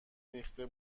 ریخته